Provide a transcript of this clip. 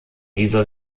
dieser